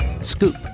Scoop